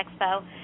Expo